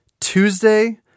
Tuesday